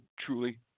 truly